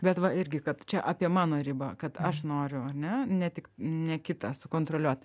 bet va irgi kad čia apie mano ribą kad aš noriu ar ne ne tik ne kitą sukontroliuot